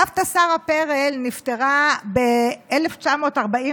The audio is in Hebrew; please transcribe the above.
סבתא שרה פרל נפטרה ב-1944,